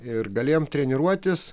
ir galėjom treniruotis